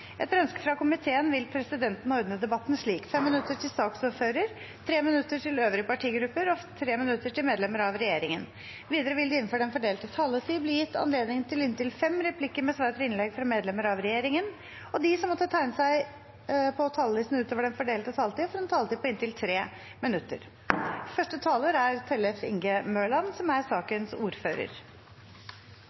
Etter ønske fra komiteen vil presidenten ordne debatten slik: 5 minutter til saksordføreren, 3 minutter til øvrige partigrupper og 3 minutter til medlemmer av regjeringen. Videre vil det – innenfor den fordelte taletid – bli gitt anledning til inntil fem replikker med svar etter innlegg fra medlemmer av regjeringen, og de som måtte tegne seg på talerlisten utover den fordelte taletid, får en taletid på inntil 3 minutter. Da representanten Kirkebirkeland ikke lenger er